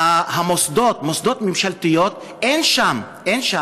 מוסדות ממשלתיים אין בהן.